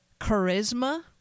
charisma